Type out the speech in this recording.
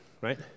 right